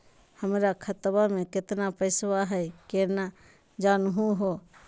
हमर खतवा मे केतना पैसवा हई, केना जानहु हो?